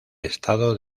estado